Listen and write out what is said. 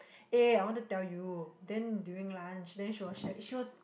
eh I want to tell you then during lunch then she was sha~ she was